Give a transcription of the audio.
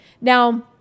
Now